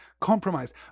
compromised